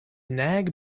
nag